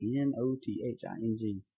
N-O-T-H-I-N-G